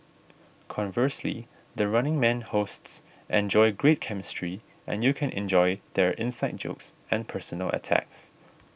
conversely the Running Man hosts enjoy great chemistry and you can enjoy their inside jokes and personal attacks